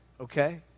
Okay